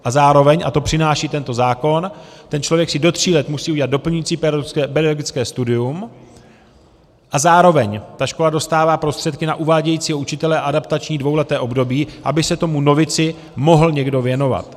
A zároveň, a to přináší tento zákon, ten člověk si do tří let musí udělat doplňující pedagogické studium a zároveň škola dostává prostředky na uvádějícího učitele a adaptační dvouleté období, aby se tomu novici mohl někdo věnovat.